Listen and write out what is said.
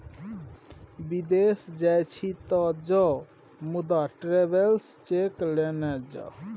विदेश जाय छी तँ जो मुदा ट्रैवेलर्स चेक लेने जो